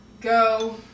go